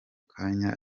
kanya